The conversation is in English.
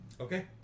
Okay